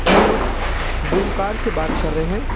hello Zoomcar سے بات کر رہے ہیں